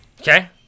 Okay